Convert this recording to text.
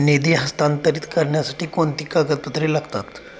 निधी हस्तांतरित करण्यासाठी कोणती कागदपत्रे लागतात?